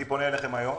אני פונה אליכם היום